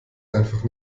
einfach